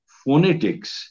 phonetics